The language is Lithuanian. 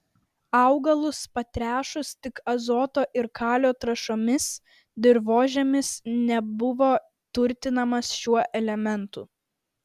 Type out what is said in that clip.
augalus patręšus tik azoto ir kalio trąšomis dirvožemis nebuvo turtinamas šiuo elementu